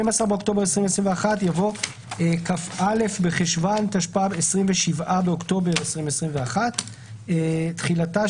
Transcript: באוקטובר 2021) יבוא "כ"א בחשוון תשפ"ב (27 באוקטובר 2021". תחילה תחילתה